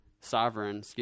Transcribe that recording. sovereign